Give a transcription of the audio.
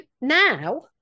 now